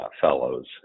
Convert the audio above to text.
Fellows